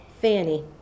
Fanny